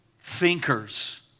thinkers